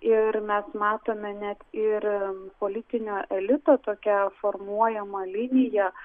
ir mes matome net ir politinio elito tokią formuojamą liniją